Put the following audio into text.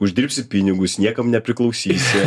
uždirbsi pinigus niekam nepriklausysi